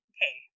Okay